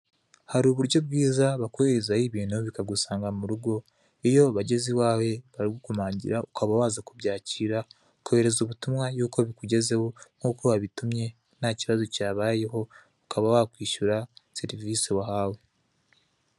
Hari uburyo bwiza bakoherezaho ibintu, bikagusanga mu rugo, iyo bageze iwawe baragukomangira ukaba waza kubyakira, ukohereza ubutumwa yuko bikugezeho nkuko wabitumye nta kibazo cyabayeho, ukaba wakwishyura serivise wahawe.